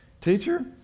Teacher